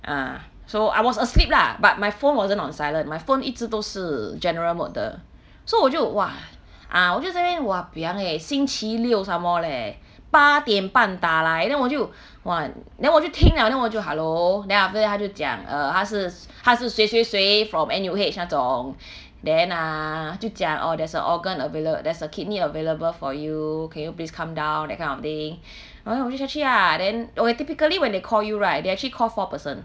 ah so I was asleep lah but my phone wasn't on silent my phone 一直都是 general mode 的 so 我就 !wah! ah 我在那边 !wahpiang! eh 星期六 some more leh 八点半打来 then 我就 !wah! then 我就听 liao then 我就 hello then after that 他就讲 uh 他是他是谁谁谁 from N_U_H 那种 then err 就讲 oh there's a organ availa~ there's a kidney available for you can you please come down that kind of thing uh 我就下去啊 then okay typically when they call you right they actually call four person